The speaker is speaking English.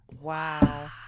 Wow